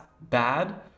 bad